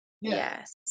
yes